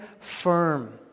firm